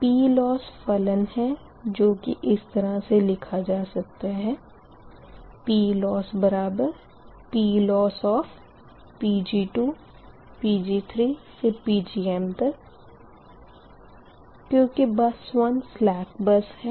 PLoss फलन है जो की इस तरह लिखा जा सकता है PLossPLossPg2Pg3Pgm क्यूँकि बस 1 स्लेक बस है